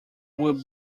would